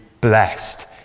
blessed